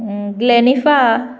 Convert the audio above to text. ग्लॅनिफा